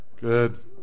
Good